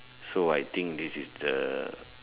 so I think this is the